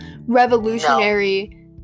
revolutionary